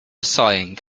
sighing